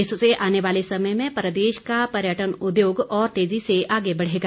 इससे आने वाले समय में प्रदेश का पर्यटन उद्योग और तेजी से आगे बढ़ेगा